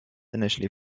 initially